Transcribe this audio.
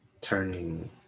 turning